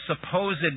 supposed